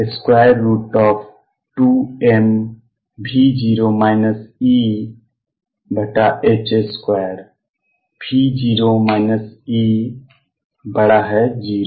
और α2m2 V0 E0